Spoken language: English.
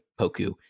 Poku